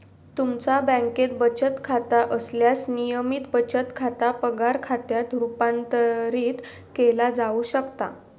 तुमचा बँकेत बचत खाता असल्यास, नियमित बचत खाता पगार खात्यात रूपांतरित केला जाऊ शकता